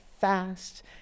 fast